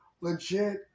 legit